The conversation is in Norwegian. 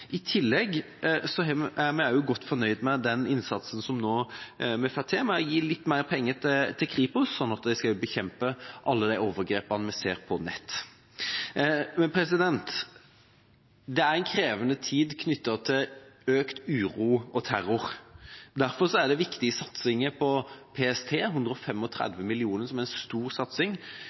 I tillegg er vi godt fornøyd med innsatsen vi nå får til, ved å gi mer penger til Kripos for å bekjempe overgrep på nett. Dette er en krevende tid med økt uro og terror. Derfor er det viktige satsinger på PST, 135 mill. kr er en stor satsing,